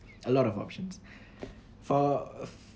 a lot of options for